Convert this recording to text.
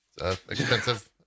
Expensive